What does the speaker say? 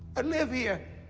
i live here.